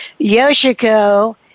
Yoshiko